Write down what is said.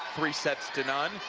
three setsto none.